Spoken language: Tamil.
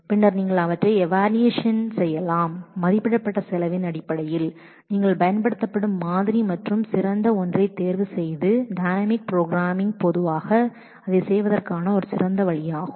பின்னர் நீங்கள் அவற்றை ஈவாலுவெஷன் செய்யலாம் மதிப்பிடப்பட்ட செலவின் அடிப்படையில் நீங்கள் பயன்படுத்தும் மாதிரி மற்றும் சிறந்த ஒன்றைத் தேர்வுசெய்க டைனமிக் புரோகிராமிங் பொதுவாக அதைச் செய்வதற்கான ஒரு சிறந்த வழியாகும்